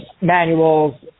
manuals